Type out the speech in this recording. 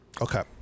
Okay